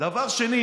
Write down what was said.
דבר שני,